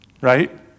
right